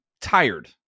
tired